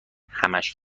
همش